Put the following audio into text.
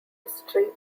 history